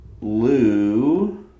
Lou